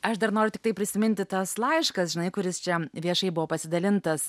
aš dar noriu tiktai prisiminti tas laiškas žinai kuris čia viešai buvo pasidalintas